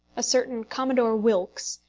a certain commodore wilkes,